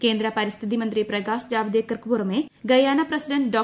കേന്ദ്ര പരിസ്ഥിതി മന്ത്രി പ്രകാശ് ജാവദേക്കർക്കു പുറമേ ഗയാന പ്രസിഡന്റ് ഡോ